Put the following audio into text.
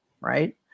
Right